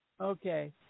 Okay